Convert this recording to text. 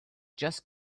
just